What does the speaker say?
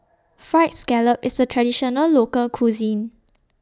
Fried Scallop IS A Traditional Local Cuisine